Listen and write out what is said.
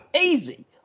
easy